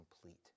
complete